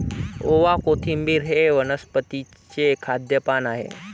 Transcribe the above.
ओवा, कोथिंबिर हे वनस्पतीचे खाद्य पान आहे